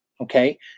Okay